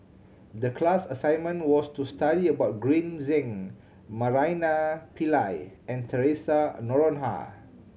the class assignment was to study about Green Zeng Naraina Pillai and Theresa Noronha